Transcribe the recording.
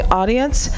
audience